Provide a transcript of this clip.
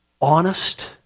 honest